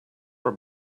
our